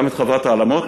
גם את "חוות העלמות"